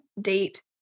date